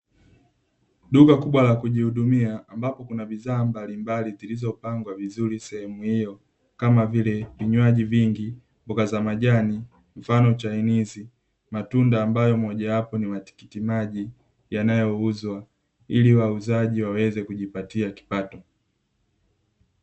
Duka kubwa la kujihudumia ambapo kuna bidhaa mbalimbali zilizopangwa vizuri sehemu hiyo. Kama vile vinywaji vingi, mboga za majani mfano chainizi, matunda ambayo mojawapo ni matikitimaji, yanayouzwa ili wauzaji waweze kujipatia kipato.